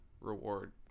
reward